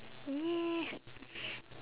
ya